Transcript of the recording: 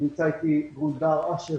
גונדר אשר